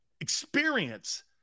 experience